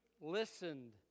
listened